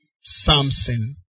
Samson